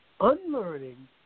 unlearning